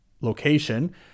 location